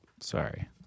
Sorry